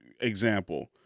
Example